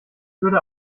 würde